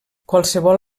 qualsevol